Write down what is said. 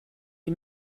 die